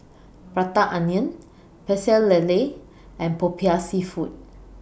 Prata Onion Pecel Lele and Popiah Seafood